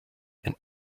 and